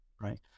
Right